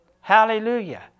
Hallelujah